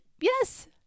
yes